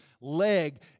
leg